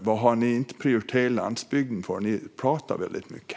Varför prioriterar ni inte landsbygden? Ni bara pratar mycket.